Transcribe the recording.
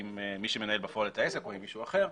מי שמנהל בפועל את העסק או עם מישהו אחר,